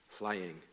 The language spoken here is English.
playing